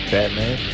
Batman